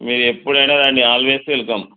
మీరు ఎప్పుడైనా రండి ఆల్వేస్ వెల్కమ్